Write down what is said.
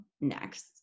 next